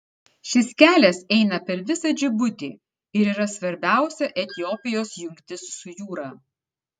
šis kelias eina per visą džibutį ir yra svarbiausia etiopijos jungtis su jūra